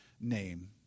name